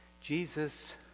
Jesus